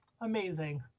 Amazing